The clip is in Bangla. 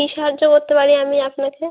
কী সাহায্য করতে পারি আমি আপনাকে